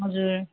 हजुर